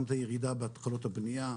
גם את הירידה בהתחלות הבניה,